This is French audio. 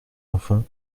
enfant